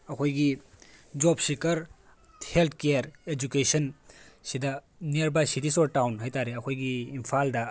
ꯑꯩꯈꯣꯏꯒꯤ job seeker health care education ꯁꯤꯗ near by cities or town ꯍꯥꯏꯇꯥꯔꯦ ꯑꯩꯈꯣꯏꯒꯤ ꯏꯝꯐꯥꯜꯗ